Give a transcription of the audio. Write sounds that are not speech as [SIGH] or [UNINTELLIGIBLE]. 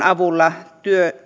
[UNINTELLIGIBLE] avulla